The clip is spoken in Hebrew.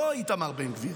לא איתמר בן גביר,